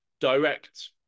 direct